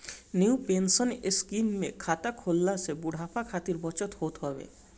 new pension scheme में खाता खोलला से बुढ़ापा खातिर बचत होत हवे